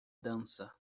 dança